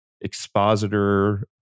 expositor